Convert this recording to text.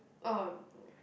oh no